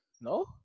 No